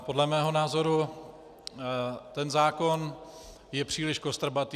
Podle mého názoru ten zákon je příliš kostrbatý.